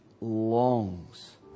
longs